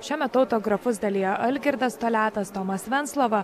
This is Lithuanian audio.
šiuo metu autografus dalija algirdas toliatas tomas venclova